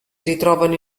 ritrovano